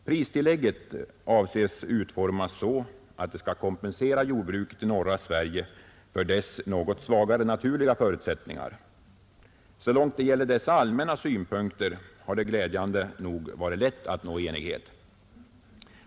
Pristillägget avses utformas så att det skall kompensera jordbruket i norra Sverige för dess något svagare naturliga förutsättningar. Så långt det gäller dessa allmänna synpunkter har det glädjande nog varit lätt att nå enighet.